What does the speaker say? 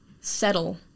settle